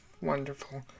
wonderful